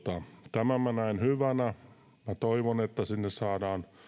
tämän panostuksen minä näen hyvänä toivon että sinne saadaan